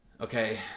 Okay